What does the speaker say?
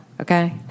Okay